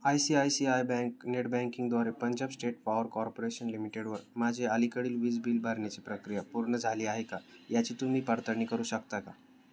I C I C I bank net बँकिंगद्वारे Punjab state power corporation लिमिटेडवर माझे अलीकडील वीज बिल भरण्याची प्रक्रिया पूर्ण झाली आहे का याची तुम्ही पडताळणी करू शकता का